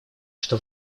что